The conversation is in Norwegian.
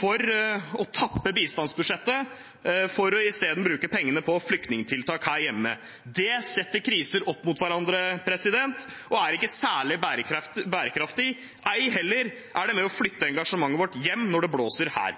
for å tappe bistandsbudsjettet for isteden å bruke pengene på flyktningtiltak her hjemme. Det setter kriser opp mot hverandre og er ikke særlig bærekraftig, ei heller er det med og flytter engasjementet vårt hjem når det blåser her.